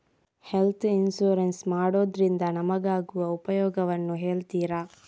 Health insurance ಮಾಡೋದ್ರಿಂದ ನಮಗಾಗುವ ಉಪಯೋಗವನ್ನು ಹೇಳ್ತೀರಾ?